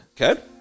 Okay